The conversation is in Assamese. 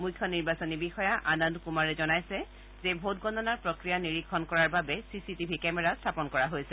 মুখ্য নিৰ্বাচনী বিষয়া আনন্দ কুমাৰে জনাইছে যে ভোটগণনাৰ প্ৰক্ৰিয়া নিৰীক্ষণ কৰাৰ বাবে চিচি টিভি কেমেৰা লগোৱা হৈছে